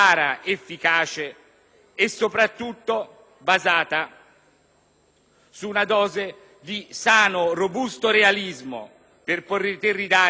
su una dose di sano e robusto realismo, per poter ridare ai cittadini quella fiducia verso le istituzioni che è anch'essa, colleghi,